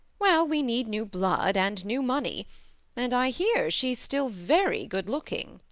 well, we need new blood and new money and i hear she's still very good-looking,